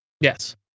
Yes